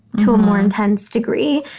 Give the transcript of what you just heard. to a more intense degree.